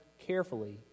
carefully